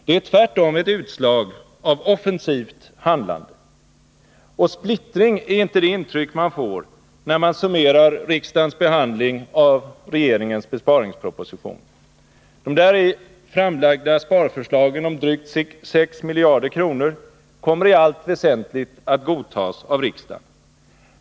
Det är tvärtom ett utslag av offensivt handlande. Splittring är inte heller det intryck man får när man summerar riksdagens behandling av regeringens besparingsproposition. De däri framlagda sparförslagen om drygt 6 miljarder kronor kommer i allt väsentligt att godtas av riksdagen.